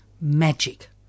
magic